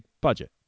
budget